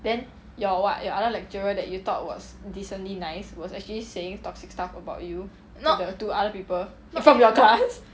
then your what your other lecturer that you thought was decently nice was actually saying toxic stuff about you to the to other people eh from your class